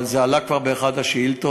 אבל זה כבר עלה באחת השאילתות,